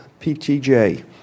PTJ